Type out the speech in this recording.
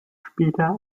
später